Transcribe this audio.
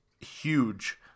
huge